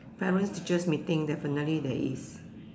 parents teachers meeting definitely there is